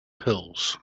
pills